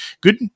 good